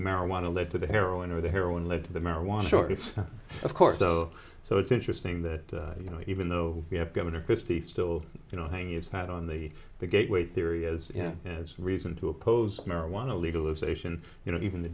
marijuana led to the heroin or the heroin led to the marijuana shortage of course though so it's interesting that you know even though we have governor christie still you know he is not on the the gateway theory is reason to oppose marijuana legalization you know even the